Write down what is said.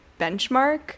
benchmark